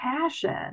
passion